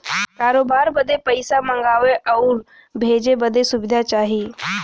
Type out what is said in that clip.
करोबार बदे पइसा मंगावे आउर भेजे बदे सुविधा चाही